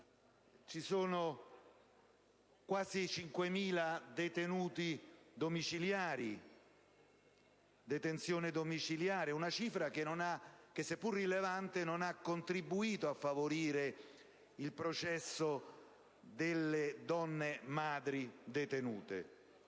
Sono quasi 5.000 i detenuti domiciliari, una cifra che, seppur rilevante, non ha contribuito a favorire il processo delle donne madri detenute